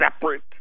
separate